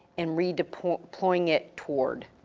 and re-deploying it toward.